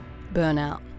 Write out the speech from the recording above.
Burnout